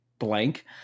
blank